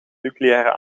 nucleaire